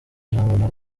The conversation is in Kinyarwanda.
ijambo